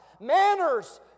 manners